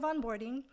onboarding